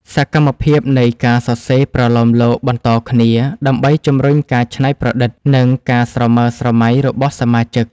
សកម្មភាពនៃការសរសេរប្រលោមលោកបន្តគ្នា ដើម្បីជម្រុញការច្នៃប្រឌិត និងការស្រមើស្រមៃរបស់សមាជិក។